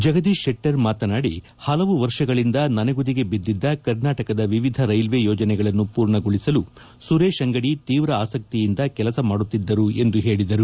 ಜಗದೀಶ್ ಶೆಟ್ಟರ್ ಮಾತನಾದಿ ಹಲವು ವರ್ಷಗಳಿಂದ ನನೆಗುದಿಗೆ ಬಿದ್ದಿದ್ದ ಕರ್ನಾಟಕದ ವಿವಿಧ ರೈಲ್ವೆ ಯೋಜನೆಗಳನ್ನು ಪೂರ್ಣಗೊಳಿಸಲು ಸುರೇಶ್ ಅಂಗಡಿ ತೀವ್ರ ಆಸಕ್ತಿಯಿಂದ ಕೆಲಸ ಮಾಡುತ್ತಿದ್ದರು ಎಂದು ಅವರು ಹೇಳಿದರು